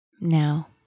Now